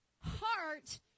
heart